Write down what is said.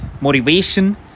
motivation